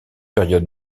période